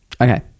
Okay